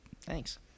Thanks